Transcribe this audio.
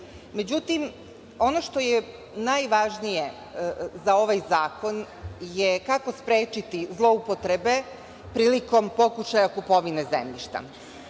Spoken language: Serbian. Međutim, ono što je najvažnije za ovaj zakon je kako sprečiti zloupotrebe prilikom pokušaja kupovine zemljišta. Stranci